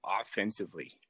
offensively